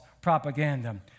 propaganda